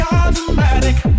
automatic